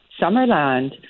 Summerland